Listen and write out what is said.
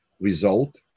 result